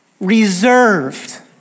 reserved